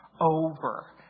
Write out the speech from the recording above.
over